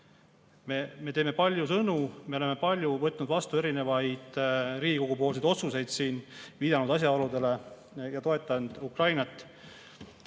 Me teeme palju sõnu, me oleme palju võtnud vastu erinevaid Riigikogu otsuseid siin, viidanud asjaoludele ja toetanud Ukrainat.